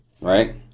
Right